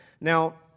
Now